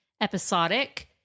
episodic